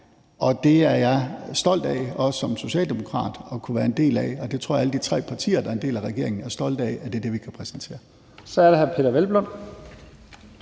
Det er jeg stolt af, også som socialdemokrat, at kunne være en del af, og jeg tror, at alle de tre partier, der er en del af regeringen, er stolte af, at det er det, vi kan præsentere. Kl. 17:16 Første